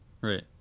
Right